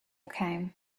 came